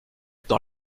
dans